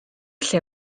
lle